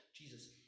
Jesus